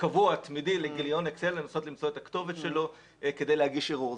קבוע ותמידי לגיליון אקסל ולנסות למצוא את הכתובת כדי להגיש ערעור.